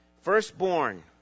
firstborn